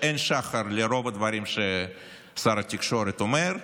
שאין שחר לרוב הדברים ששר התקשורת אומר.